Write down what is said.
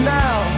now